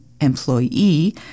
employee